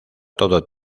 todo